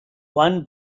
one